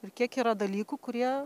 ir kiek yra dalykų kurie